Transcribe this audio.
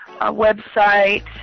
website